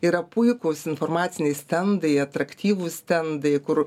yra puikūs informaciniai stendai atraktyvūs stendai kur